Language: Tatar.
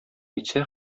әйтсә